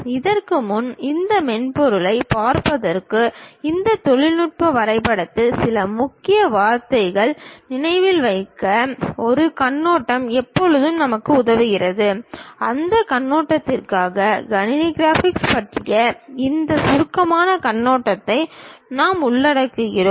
இதற்கு முன் இந்த மென்பொருளைப் பார்ப்பதற்கு இந்த தொழில்நுட்ப வரைபடத்தின் சில முக்கிய வார்த்தைகளை நினைவில் வைக்க ஒரு கண்ணோட்டம் எப்போதும் நமக்கு உதவுகிறது அந்த நோக்கத்திற்காக கணினி கிராபிக்ஸ் பற்றிய இந்த சுருக்கமான கண்ணோட்டத்தை நாங்கள் உள்ளடக்குகிறோம்